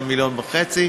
גם מיליון וחצי,